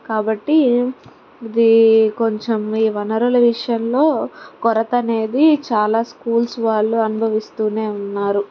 కాబట్టి ఇది కొంచెం ఈ వనరుల విషయంలో కొరత అనేది చాలా స్కూల్స్ వాళ్ళు అనుభవిస్తూనే ఉన్నారు